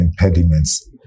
impediments